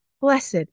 Blessed